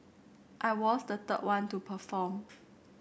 I was the third one to perform